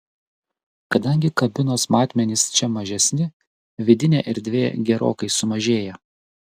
kadangi kabinos matmenys čia mažesni vidinė erdvė gerokai sumažėja